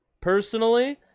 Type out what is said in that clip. personally